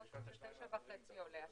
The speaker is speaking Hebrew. הוא ב-09:30 עולה.